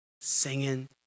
singing